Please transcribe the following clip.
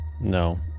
No